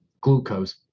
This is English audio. glucose